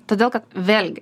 todėl kad vėlgi